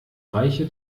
reiche